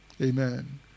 Amen